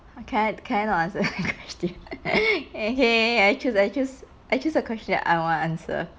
I can't cannnot answer the question okay I choose I choose I choose a question I wanna answer